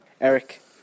Eric